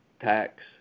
tax